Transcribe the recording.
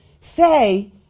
say